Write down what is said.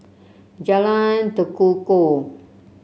Jalan Tekukor